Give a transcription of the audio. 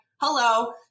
hello